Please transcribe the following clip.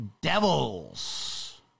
Devils